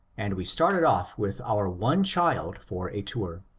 and we started off with our one child for a tour.